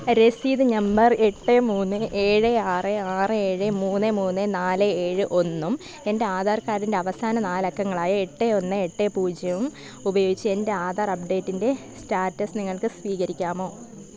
രസീത് നമ്പർ എട്ട് മൂന്ന് ഏഴ് ആറ് ആറ് ഏഴ് മൂന്ന് മൂന്ന് നാല് ഏഴ് ഒന്നും എൻറെ ആധാർ കാർഡിൻ്റെ അവസാന നാലക്കങ്ങളായ എട്ട് ഒന്ന് എട്ട് പൂജ്യവും ഉപയോഗിച്ച് എൻ്റെ ആധാർ അപ്ഡേറ്റിൻ്റെ സ്റ്റാറ്റസ് നിങ്ങൾക്ക് സ്ഥിതീകരിക്കാമോ